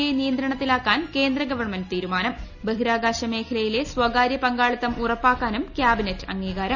I നിയന്ത്രണത്തിലാക്കാൻ കേന്ദ്ര government ്തീരുമാനം ബഹിരാകാശ മേഖലയിലെ സ്ഥകാര്യ് പ്പിങ്കാളിത്തം ഉറപ്പാക്കാനും ക്യാബിനറ്റ് അംഗീകാരം